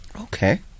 okay